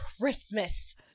Christmas